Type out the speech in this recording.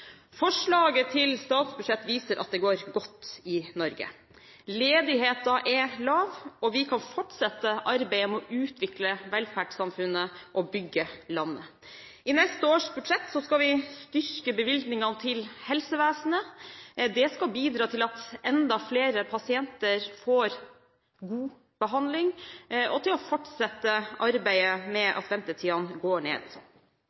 Forslaget til statsbudsjett viser at det går godt i Norge. Ledigheten er lav, og vi kan fortsette arbeidet med å utvikle velferdssamfunnet og bygge landet. I neste års budsjett skal vi styrke bevilgningene til helsevesenet. Det skal bidra til at enda flere pasienter får god behandling og til å fortsette arbeidet med at ventetidene skal gå ned.